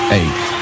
eight